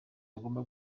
bagomba